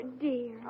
dear